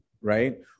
right